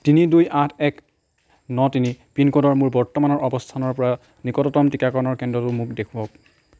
তিনি দুই আঠ এক ন তিনি পিনক'ডৰ মোৰ বৰ্তমানৰ অৱস্থানৰ পৰা নিকটতম টিকাকৰণৰ কেন্দ্ৰটো মোক দেখুৱাওক